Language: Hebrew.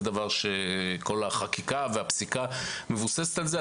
כל החקיקה והפסיקה מבוססת על זה.